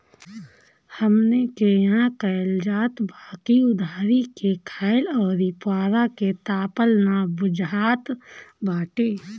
हमनी के इहां कहल जात बा की उधारी के खाईल अउरी पुअरा के तापल ना बुझात बाटे